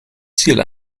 ziel